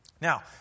Now